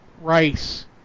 rice